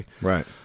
Right